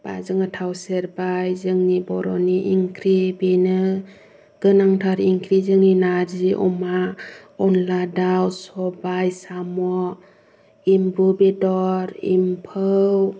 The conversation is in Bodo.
बा जोङो थाव सेरबाय जोंनि बर'नि ओंख्रि बेनो गोनांथार ओंख्रि जोंनि नारजि अमा अनला दाउ सबाय साम' एम्बु बेदर एम्फौ